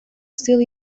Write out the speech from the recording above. still